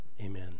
Amen